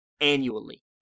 annually